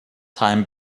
time